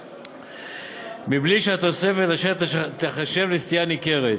מבלי שהתוספת תיחשב לסטייה ניכרת.